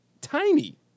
tiny